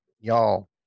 y'all